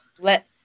let